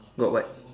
got what